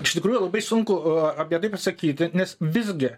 iš tikrųjų labai sunku apie tai pasakyti nes visgi